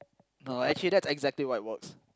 no actually that's exactly why it works